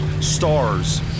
stars